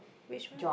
which one